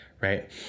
right